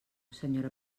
senyora